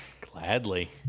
gladly